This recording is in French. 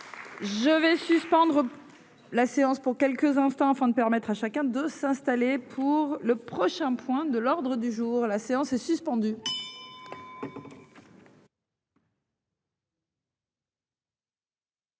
Je vais suspendre. La séance pour quelques instants afin de permettre à chacun de s'installer pour le prochain point de l'ordre du jour, la séance est suspendue.